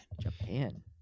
japan